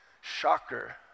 shocker